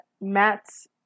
Matt's